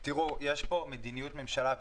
יש פה מדיניות ממשלה,